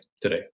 today